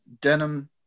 denim